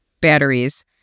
batteries